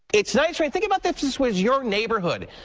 it's nice, right think about if this was your neighborhood.